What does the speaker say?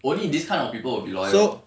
only this kind of people will be loyal